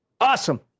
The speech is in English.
Awesome